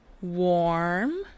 Warm